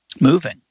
moving